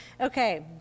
Okay